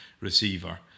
receiver